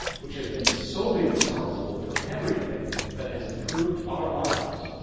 which has been solely responsible for everything that has improved our lives,